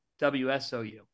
WSOU